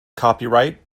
copyright